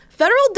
Federal